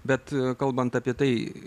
bet kalbant apie tai